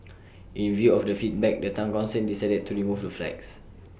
in view of the feedback the Town Council decided to remove the flags